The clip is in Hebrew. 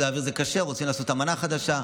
להעביר תקנות זה קשה, רוצים לעשות אמנה חדשה.